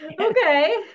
Okay